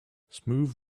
smooth